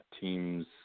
team's